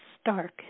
stark